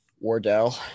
Wardell